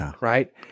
right